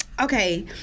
Okay